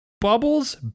Bubbles